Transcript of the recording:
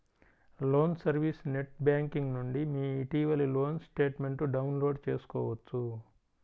loan service net banking నుండి మీ ఇటీవలి లోన్ స్టేట్మెంట్ను డౌన్లోడ్ చేసుకోవచ్చు